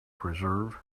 preserve